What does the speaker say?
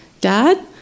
Dad